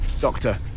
Doctor